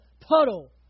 puddle